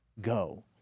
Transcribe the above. go